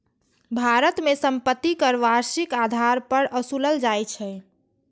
भारत मे संपत्ति कर वार्षिक आधार पर ओसूलल जाइ छै